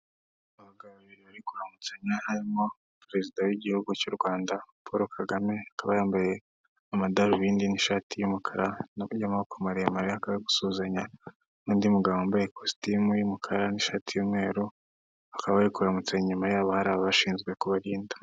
Perezida w'igihugu cy'u Rwanda Paul Kagame, akaba yambaye amadarubindi n'ishati y'umukara y'amaboko maremare, akaba ari gusuhuzanya n'undi mugabo wambaye ikositimu y'umukara n'ishati y'umweru, bakaba bari kuramutsanya, inyuma yabo hari ababashinzwe kubarinda.